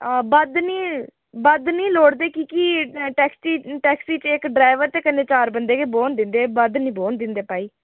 हां बद्ध निं बद्ध निं लोड़दे की कि टैक्सी टैक्सी च इक ड्राइवर ते कन्नै चार बंदे गै बौह्न दिंदे बद्ध निं बौह्न दिंदे भाई